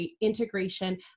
integration